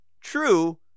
True